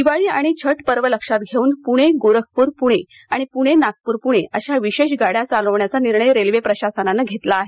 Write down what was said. दिवाळी आणि छठ पर्व लक्षात घेऊन पुणे गोरखपुर पुणे आणि पुणे नागपूर पुणे अशा विशेष गाड्या चालवण्याचा रेल्वे प्रशासनानं घेतला आहे